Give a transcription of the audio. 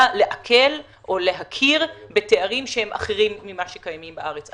להכיר בתארים שהם אחרים ממה שקיימים בארץ.